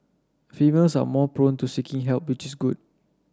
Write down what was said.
females are more prone to seeking help which is good